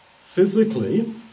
Physically